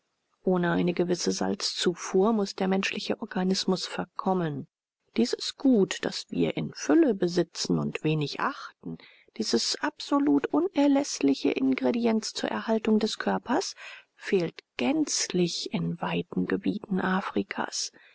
ohne eine gewisse salzzufuhr muß der menschliche organismus verkommen dieses gut das wir in fülle besitzen und wenig achten dieses absolut unerläßliche ingredienz zur erhaltung des körpers fehlt gänzlich in weiten gebieten afrikas